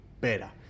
better